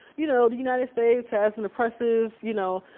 you know, the united states has an oppressive you know,